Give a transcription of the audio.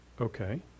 okay